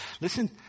Listen